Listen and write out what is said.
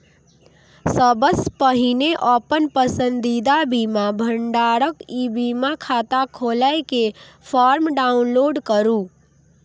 सबसं पहिने अपन पसंदीदा बीमा भंडारक ई बीमा खाता खोलै के फॉर्म डाउनलोड करू